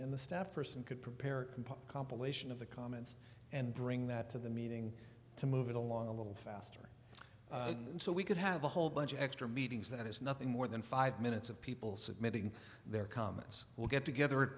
in the staff person could prepare a compilation of the comments and bring that to the meeting to move it along a little faster so we could have a whole bunch of extra meetings that is nothing more than five minutes of people submitting their comments we'll get together at